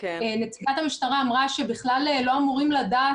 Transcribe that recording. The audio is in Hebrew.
נציגת המשטרה אמרה שבכלל לא אמורים לדעת